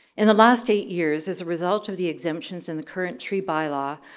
in the last eight years, as a result of the exempts in the current tree by law,